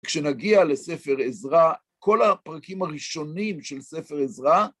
כשנגיע לספר עזרא, כל הפרקים הראשונים של ספר עזרא